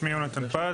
יונתן פז,